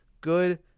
good